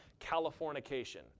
Californication